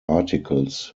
articles